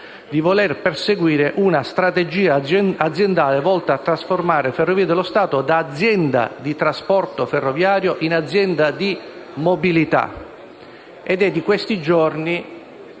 di voler perseguire come gruppo una strategia aziendale volta a trasformare le Ferrovie dello Stato da azienda di trasporto ferroviario in un'azienda di mobilità. È di questi giorni